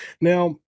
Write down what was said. Now